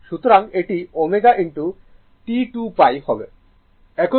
সুতরাং এটি ω T 2 π